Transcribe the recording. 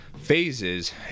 phases